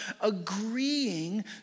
agreeing